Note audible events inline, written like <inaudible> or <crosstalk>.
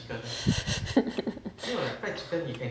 <laughs>